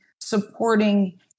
supporting